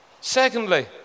Secondly